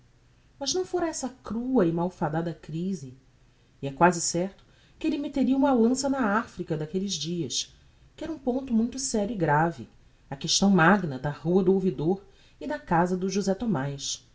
mas não fôra essa crua e malfadada crise e é quasi certo que elle metteria uma lança na africa daquelles dias que era um ponto muito serio e grave a questão magna da rua do ouvidor e da casa do josé